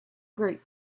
grief